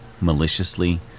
maliciously